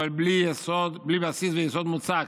אבל בלי בסיס ויסוד מוצק,